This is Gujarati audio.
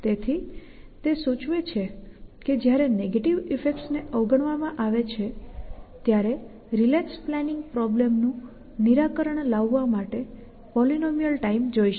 તેથી તે સૂચવે છે કે જ્યારે નેગેટિવ ઈફેક્ટ્સને અવગણવામાં આવે છે ત્યારે રિલેક્સ પ્લાનિંગ પ્રોબ્લેમ નું નિરાકરણ લાવવા માટે પોલીનોમિયલ ટાઈમ જોઈશે